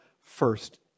first